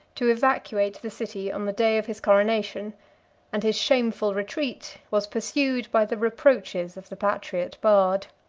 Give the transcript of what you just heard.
to evacuate the city on the day of his coronation and his shameful retreat was pursued by the reproaches of the patriot bard.